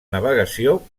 navegació